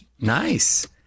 Nice